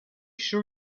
sure